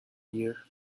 year